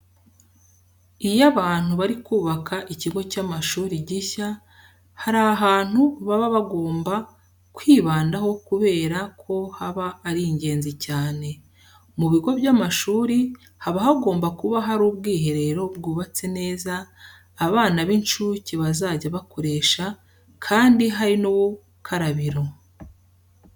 Iyo abantu bari kubaka ikigo cy'amashuri gishya hari ahantu baba bagomba kwibandaho kubera ko haba ari ingenzi cyane. Mu bigo by'amashuri haba hagomba kuba hari ubwiherero bwubatse neza abana b'incuke bazajya bakoresha kandi hari n'ubukarabiro.